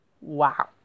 wow